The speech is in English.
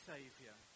Saviour